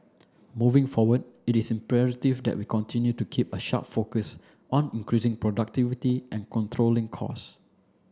moving forward it is imperative that we continue to keep a sharp focus on increasing productivity and controlling costs